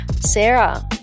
Sarah